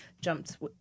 jumped